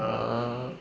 ah